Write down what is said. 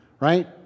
right